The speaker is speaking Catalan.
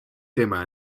tema